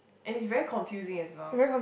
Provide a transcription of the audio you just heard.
and it's very confusing as well